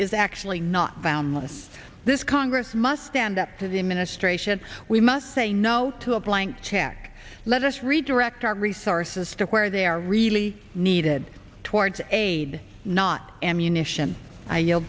is actually not boundless this congress must stand up to the administration we must say no to a blank check let us redirect our resources to where they are really needed towards aid not ammunition i